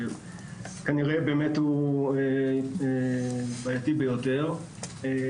כנראה באמת הוא בעייתי ביותר.